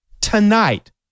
tonight